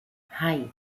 hei